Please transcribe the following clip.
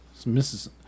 Mrs